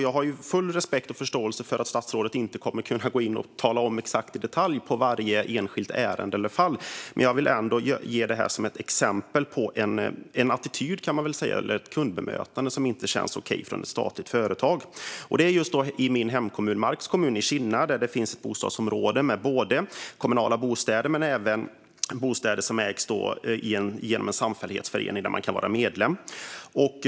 Jag har full respekt och förståelse för att statsrådet inte kommer att kunna gå in och svara i detalj om varje enskilt ärende, men jag vill ändå ta upp detta som ett exempel på en attityd och ett kundbemötande som inte känns okej från ett statligt företag. I min hemkommun, Marks kommun, finns det i Kinna ett bostadsområde med både kommunala bostäder och bostäder som ägs genom en samfällighetsförening där man kan vara medlem.